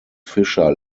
fischer